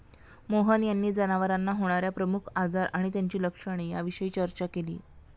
मोहन यांनी जनावरांना होणार्या प्रमुख आजार आणि त्यांची लक्षणे याविषयी चर्चा केली